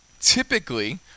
typically